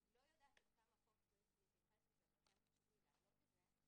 אני לא יודעת כמה החוק מתייחס לכך אבל כן חשוב לי להעלות את זה: